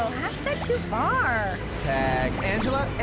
hashtag too far. tag angela,